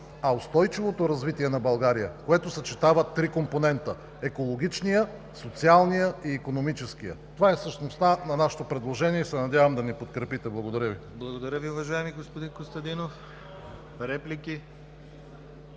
а устойчивото развитие на България, което съчетава три компонента: екологичния, социалния и икономическия. Това е същността на нашето предложение и се надявам да ни подкрепите. Благодаря Ви. ПРЕДСЕДАТЕЛ ДИМИТЪР ГЛАВЧЕВ: Благодаря Ви, уважаеми господин Костадинов. Реплики?